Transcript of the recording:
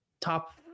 top